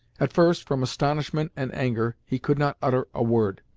at first, from astonishment and anger, he could not utter a word.